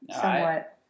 somewhat